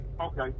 Okay